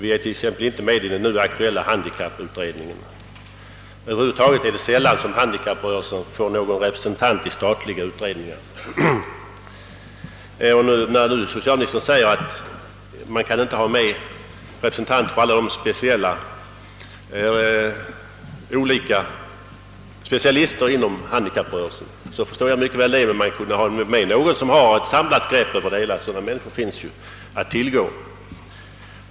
Vi är t.ex. inte med i den nu aktuella handikapputredningen. Över huvud taget är det sällan som handikapprörelsen får någon representant i statliga utredningar.» När nu socialministern säger, att man inte kan ha med representanter för alla specialister inom handikapprörelsen, så förstår jag mycket väl detta. Men man kunde ha med någon som har ett samlat grepp över frågorna, ty sådana personer finns att tillgå.